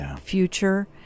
future